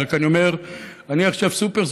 אבל אני רק אומר שאני עכשיו סופר-סוציאליסט,